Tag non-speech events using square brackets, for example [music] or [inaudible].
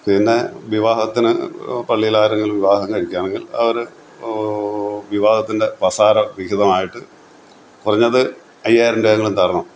പിന്നെ വിവാഹത്തിന് പള്ളിയിലാരെങ്കിലും വിവാഹം കഴിക്കുകയാണെങ്കിൽ അവര് വിവാഹത്തിൻ്റെ [unintelligible] വിഹിതമായിട്ട് കുറഞ്ഞത് അയ്യായിരം രൂപയെങ്കിലും തരണം